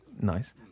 Nice